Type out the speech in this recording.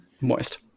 moist